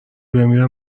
بمیره